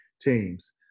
teams